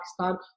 Pakistan